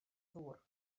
ddŵr